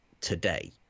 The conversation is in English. today